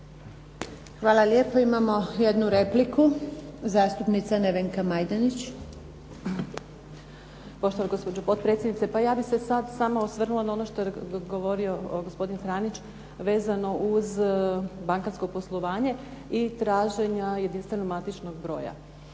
Hvala lijepa. Imamo jednu repliku. Zastupnica Nevenka Majdenić. **Majdenić, Nevenka (HDZ)** Poštovana gospođo potpredsjednice. Pa ja bih se sad samo osvrnula na ono što je govorio gospodin Franić vezano uz bankarsko poslovanje i traženja jedinstvenog matičnog broja.